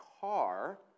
car